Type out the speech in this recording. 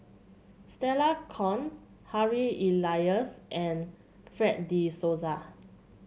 Stella Kon Harry Elias and Fred De Souza